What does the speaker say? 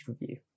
Review